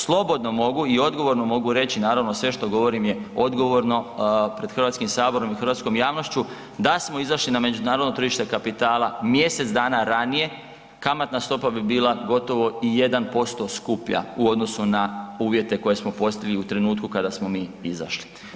Slobodno mogu i odgovorno mogu reći naravno sve što govorim je odgovorno pred Hrvatskim saborom i hrvatskom javnošću da smo izašli na međunarodno tržište kapitala mjesec dana ranije kamatna stopa bi bila gotovo i 1% skuplja u odnosu na uvjete koje smo postavili u trenutku kada smo mi izašli.